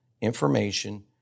information